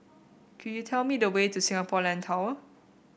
could you tell me the way to Singapore Land Tower